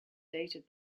dated